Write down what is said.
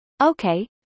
okay